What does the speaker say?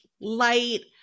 light